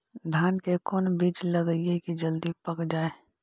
धान के कोन बिज लगईयै कि जल्दी पक जाए?